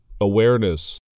awareness